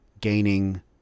gaining